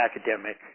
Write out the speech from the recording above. academic